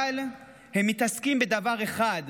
אבל הם מתעסקים בדבר אחד: